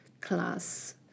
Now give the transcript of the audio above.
class